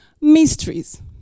mysteries